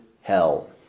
hell